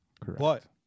Correct